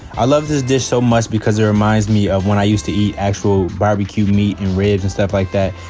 i love this dish so much because it reminds me of when i used to eat actual barbecued meat and ribs and stuff like that,